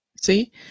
see